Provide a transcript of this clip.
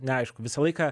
neaišku visą laiką